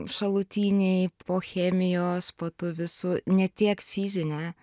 šalutiniai po chemijos po tų visų ne tiek fizinė